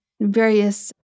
various